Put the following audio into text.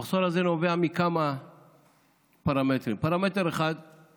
המחסור הזה נובע מכמה פרמטרים: פרמטר אחד זה